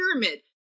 pyramid